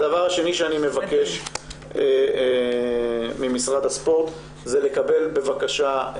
הדבר השני שאני מבקש ממשרד הספורט זה לקבל, בבקשה,